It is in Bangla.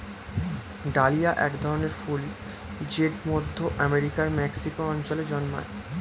ডালিয়া এক ধরনের ফুল জেট মধ্য আমেরিকার মেক্সিকো অঞ্চলে জন্মায়